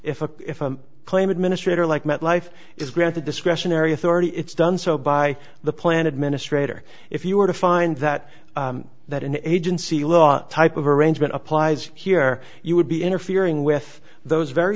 if a claim administrator like met life is granted discretionary authority it's done so by the plan administrator if you were to find that that an agency law type of arrangement applies here you would be interfering with those very